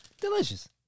Delicious